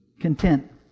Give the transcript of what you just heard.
content